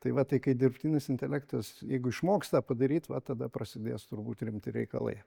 tai va tai kai dirbtinis intelektas jeigu išmoks tą padaryt va tada prasidės turbūt rimti reikalai